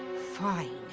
fine,